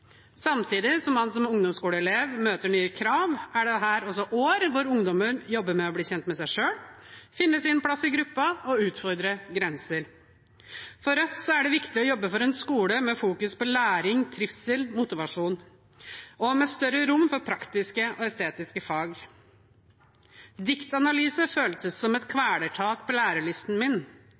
Samtidig som man som ungdomsskoleelev møter nye krav, er dette også år hvor ungdommer jobber med å bli kjent med seg selv, finne sin plass i gruppen og utfordre grenser. For Rødt er det viktig å jobbe for en skole med fokus på læring, trivsel og motivasjon og med større rom for praktiske og estetiske fag. «Diktanalyse føles som et kvelertak på lærelysten min.